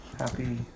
Happy